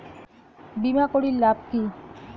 বিমা করির লাভ কি?